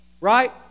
Right